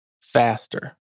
faster